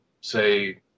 say